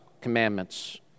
commandments